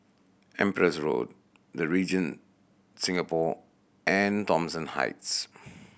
Empress Road The Regent Singapore and Thomson Heights